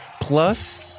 plus